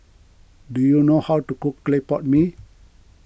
do you know how to cook Clay Pot Mee